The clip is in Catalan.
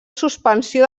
suspensió